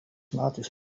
metais